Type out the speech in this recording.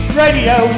radio